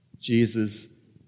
Jesus